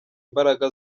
imbaraga